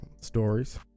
stories